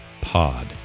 Pod